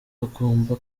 bagomba